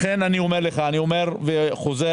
אני לא רוצה להגיד לכם מה היו התוצאות בבית המשפט,